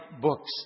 books